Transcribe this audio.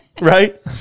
Right